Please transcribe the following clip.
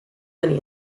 many